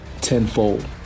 tenfold